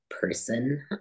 person